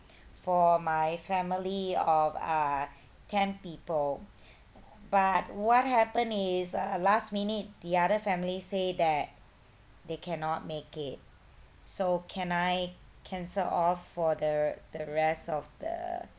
for my family of uh ten people but what happen is uh last minute the other family say that they cannot make it so can I cancel off for the the rest of the